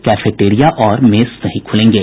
cafeteria और mess नहीं ख़ुलेंगे